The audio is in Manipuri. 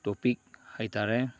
ꯇꯣꯄꯤꯛ ꯍꯥꯏꯇꯔꯦ